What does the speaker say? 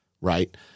Right